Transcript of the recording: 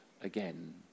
again